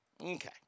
Okay